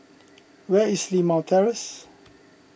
where is Limau Terrace